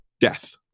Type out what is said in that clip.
death